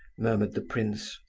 murmured the prince.